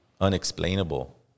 unexplainable